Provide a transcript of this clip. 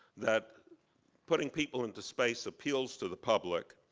that putting people into space appeals to the public,